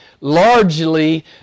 largely